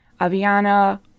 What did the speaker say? Aviana